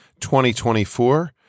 2024